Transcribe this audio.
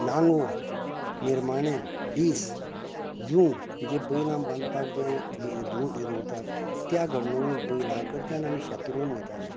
नांगोर निरमाणें रिस जुंव जे बैलांक बांदपाक जे एक दवरतात त्या घडणावळेन बैलां कडच्यान आमी शेत रोवन घेतालें